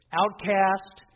outcast